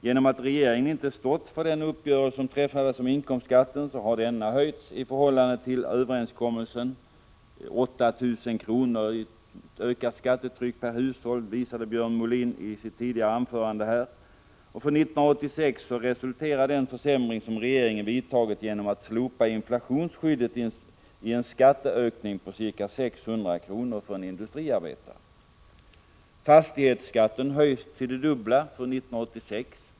Genom att regeringen inte stått för den uppgörelse som träffades om inkomstskatten har denna höjts i förhållande till överenskommelsen —8 000 kr. i ökat skattetryck per hushåll, visade Björn Molin tidigare i sitt anförande här. För 1986 resulterar den försämring, som regeringen vidtagit genom att slopa inflationsskyddet, i en skatteökning på ca 600 kr. för en industriarbetare. Fastighetsskatten höjs till det dubbla för 1986.